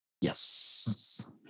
Yes